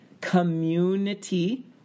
community